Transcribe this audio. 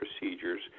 procedures